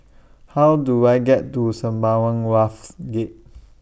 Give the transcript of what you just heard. How Do I get to Sembawang Wharves Gate